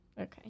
Okay